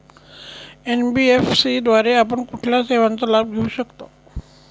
NBFC द्वारे आपण कुठल्या सेवांचा लाभ घेऊ शकतो?